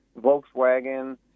Volkswagen